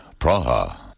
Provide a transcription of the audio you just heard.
Praha